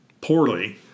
poorly